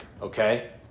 okay